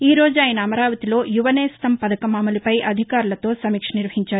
ఈ రోజు ఆయన అమరావతిలో యువనేస్తం పథకం అమలుపై అధికారులతో సమీక్ష నిర్వహించారు